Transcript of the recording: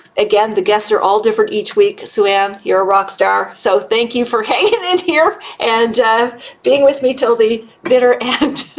again, the guests are all different each week. sue-ann, you're a rock star so thank you for hanging in and and here and being with me till the bitter end.